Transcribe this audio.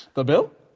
the bill?